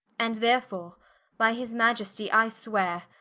and therefore by his maiestie i sweare,